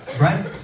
Right